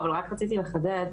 אבל רק רציתי לחדד,